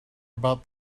about